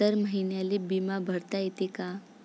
दर महिन्याले बिमा भरता येते का?